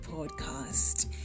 Podcast